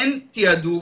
אין תיעדוף.